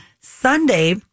Sunday